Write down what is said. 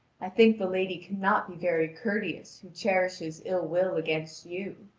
i think the lady cannot be very courteous who cherishes ill-will against you.